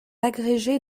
agrégée